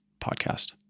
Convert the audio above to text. podcast